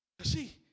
see